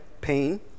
pain